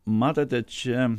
matote čia